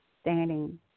standing